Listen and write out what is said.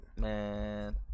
Man